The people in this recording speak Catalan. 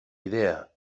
idea